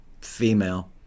Female